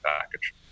package